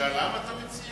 משאל עם, אתה מציע?